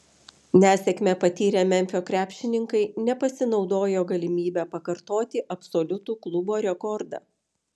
nesėkmę patyrę memfio krepšininkai nepasinaudojo galimybe pakartoti absoliutų klubo rekordą